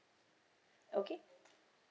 okay